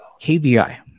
KVI